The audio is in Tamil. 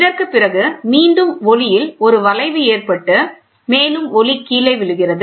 இதற்குப் பிறகு மீண்டும் ஒளியில் ஒரு வளைவு ஏற்பட்டு மேலும் ஒளி கீழே விழுகிறது